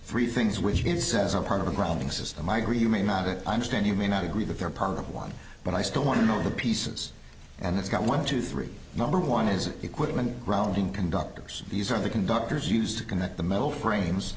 three things which gives as a part of a grounding system i agree you may not it understand you may not agree that they're part of one but i still want to know the pieces and it's got one two three number one is equipment grounding conductors these are the conductors used to connect the metal frames